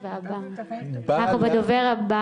וגם כשיהיה אף אחד לא יודע למי ילך ומתי,